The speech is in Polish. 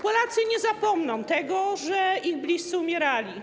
Polacy nie zapomną tego, że ich bliscy umierali.